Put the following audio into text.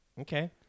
Okay